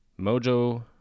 Mojo